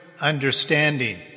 understanding